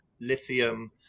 lithium